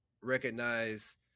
recognize